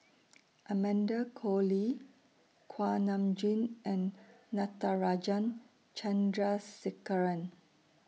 Amanda Koe Lee Kuak Nam Jin and Natarajan Chandrasekaran